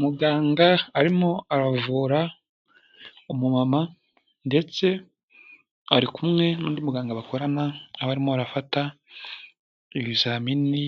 Muganga arimo aravura, umumama ndetse ari kumwe n'undi muganga bakorana, aba arimo arafata ibizamini